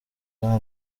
nta